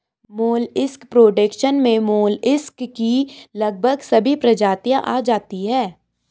molluscs production में molluscs की लगभग सभी प्रजातियां आ जाती हैं